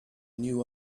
new